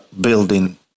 building